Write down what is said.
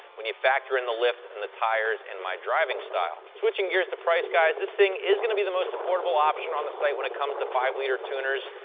when you factor in the lift and the tires and my driving style. switching gears to price, guys, this thing is going to be the most affordable option on the site when it comes to five liter tuners.